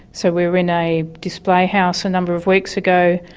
so we were in a display house a number of weeks ago,